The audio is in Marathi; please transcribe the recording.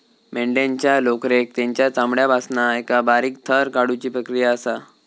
मेंढ्यांच्या लोकरेक तेंच्या चामड्यापासना एका बारीक थर काढुची प्रक्रिया असा